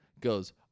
goes